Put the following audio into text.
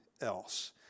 else